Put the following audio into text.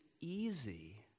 easy